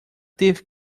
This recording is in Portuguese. teve